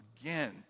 again